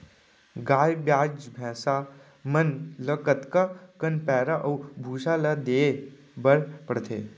गाय ब्याज भैसा मन ल कतका कन पैरा अऊ भूसा ल देये बर पढ़थे?